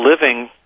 living